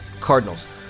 Cardinals